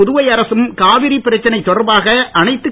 புதுவை அரசும் காவிரி பிரச்சனை தொடர்பாக அனைத்துக்